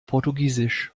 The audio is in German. portugiesisch